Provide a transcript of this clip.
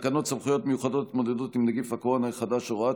תקנות סמכויות מיוחדות להתמודדות עם נגיף הקורונה החדש (הוראת